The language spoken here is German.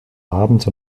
abends